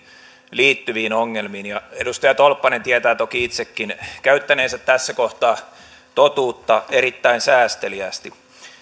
liittyviin ongelmiin edustaja tolppanen tietää toki itsekin käyttäneensä tässä kohtaa totuutta erittäin säästeliäästi